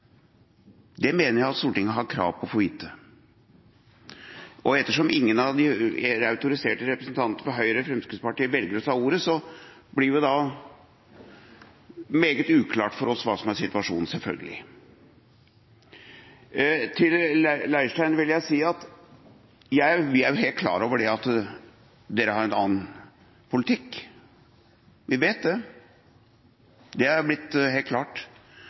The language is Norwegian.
Det mener jeg at Stortinget har krav på å få vite. Ettersom ingen av de autoriserte representantene fra Høyre og Fremskrittspartiet velger å ta ordet, blir det selvfølgelig meget uklart for oss hva som er situasjonen. Til Leirstein vil jeg si at vi jo er helt klar over at Fremskrittspartiet har en annen politikk. Vi vet det. Det har blitt helt klart.